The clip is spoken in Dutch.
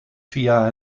via